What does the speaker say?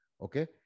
okay